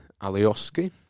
Alioski